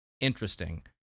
interesting